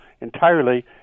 entirely